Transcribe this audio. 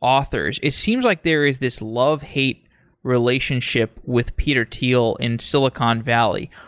authors. it seems like there is this love-hate relationship with peter thiel in silicon valley.